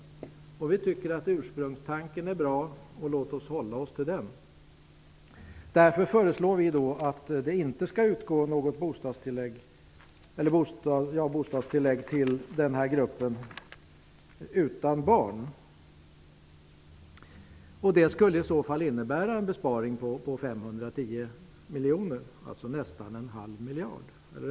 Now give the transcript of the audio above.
Vi tycker att ursprungstanken är bra. Låt oss hålla oss till den! Därför föreslår vi att bostadstillägg inte skall utgå till gruppen utan barn. Förslaget skulle innebära en besparing på 510 miljoner, alltså styvt en halv miljard.